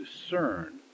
discern